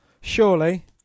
surely